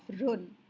run